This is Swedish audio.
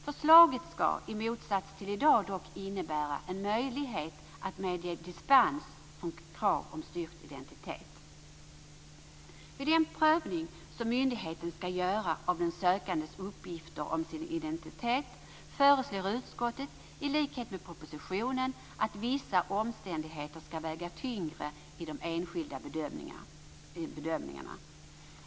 Förslaget innebär dock, i motsats till vad som gäller i dag, en möjlighet att medge dispens från kravet på styrkt identitet. Vid den prövning som myndigheten skall göra av den sökandes uppgifter om hans eller hennes identitet föreslår utskottet, i likhet med propositionen, att vissa omständigheter skall väga tyngre i de enskilda bedömningarna.